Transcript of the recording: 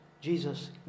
Jesus